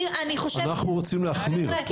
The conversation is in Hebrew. אנחנו רוצים להחמיר.